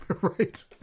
right